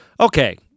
Okay